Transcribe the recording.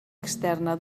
externa